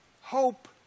Hope